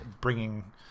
bringing